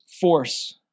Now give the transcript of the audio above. force